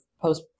post